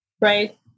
right